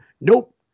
Nope